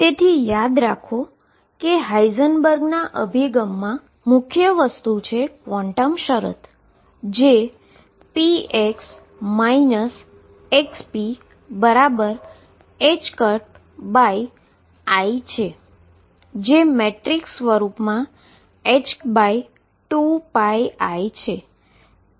તેથી યાદ રાખો હાઈઝનબર્ગના અભિગમમાં મુખ્ય વસ્તુ છે ક્વોન્ટમ કંન્ડીશન જે px xpi છે જે મેટ્રિક્સ સ્વરૂપમાં h2πi છે